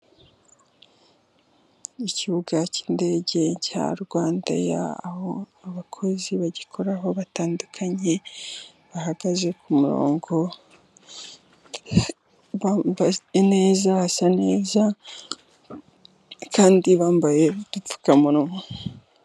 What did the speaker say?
Ikibuga k'indege cya rwandeya, aho abakozi bagikoraho batandukanye bahagaze ku murongo neza. Basa neza kandi bambaye udupfukamunwa.